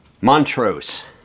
Montrose